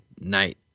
Night